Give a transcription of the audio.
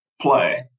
play